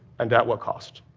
and at what cost?